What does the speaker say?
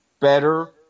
better